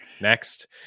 Next